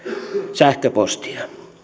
sähköpostia